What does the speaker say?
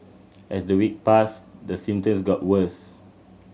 as the week passed the symptoms got worse